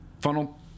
funnel